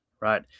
right